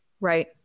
Right